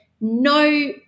No